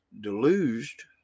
deluged